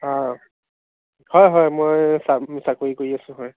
অঁ হয় হয় মই চাম চাকৰি কৰি আছো হয়